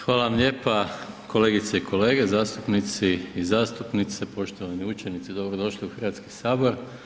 Hvala vam lijepa kolegice i kolege, zastupnici i zastupnice, poštovani učenici dobrodošli u Hrvatski sabor.